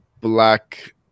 black